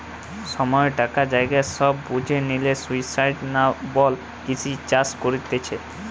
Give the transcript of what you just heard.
সময়, টাকা, জায়গা সব বুঝে লিয়ে সুস্টাইনাবল কৃষি চাষ করতিছে